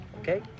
okay